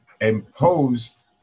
imposed